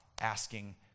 asking